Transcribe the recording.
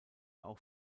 auch